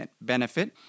benefit